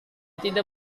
tidak